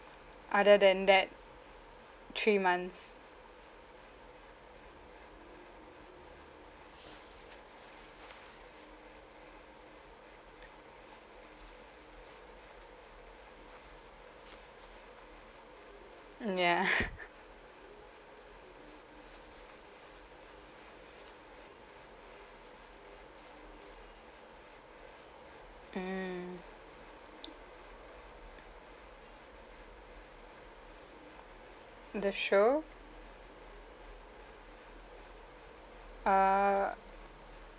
other than that three months mm ya mm the show err